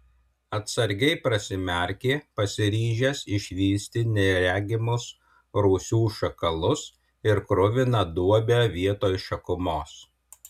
atsargiai prasimerkė pasiryžęs išvysti neregimus rūsių šakalus ir kruviną duobę vietoj šakumos